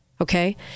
Okay